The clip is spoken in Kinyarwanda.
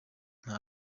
nta